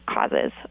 causes